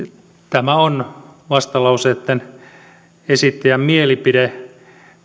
tämä on vastalauseen esittäjän mielipide